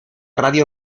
radio